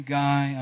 guy